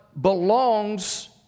belongs